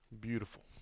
Beautiful